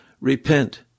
repent